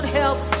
help